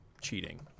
cheating